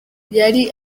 yari